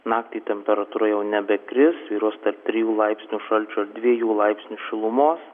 naktį temperatūra jau nebekris svyruos tarp trijų laipsnių šalčio dviejų laipsnius šilumos